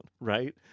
right